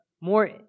more